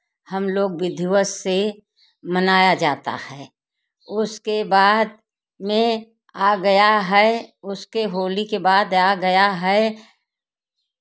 हम लोग विधिवत से मनाया जाता है उसके बाद में आ गया है उसके होली के बाद आ गया है